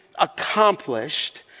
accomplished